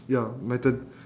ya my turn